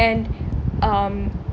and um